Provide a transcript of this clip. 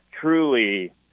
truly